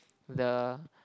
the